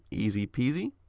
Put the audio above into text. easy peasy.